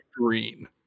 green